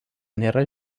nėra